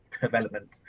development